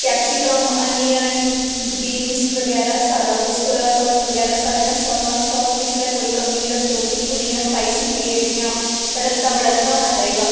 capsicum onion beans बगैरा सारा कुछ सोएआ सोस बगैरा सारियां सासां सास बिच्च ते कोई कमी निं रखेओ बिल्कूल इ'यां स्पाइसी तेज इ'यां तड़कता भड़कता होना चाहिदा